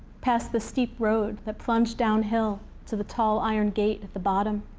past the steep road that plunge downhill to the tall iron gate at the bottom.